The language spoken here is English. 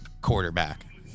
quarterback